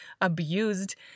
abused